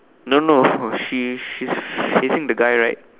no no she she's facing the guy right